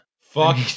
Fuck